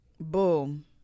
Boom